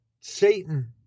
Satan